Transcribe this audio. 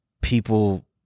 people